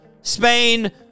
Spain